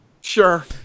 Sure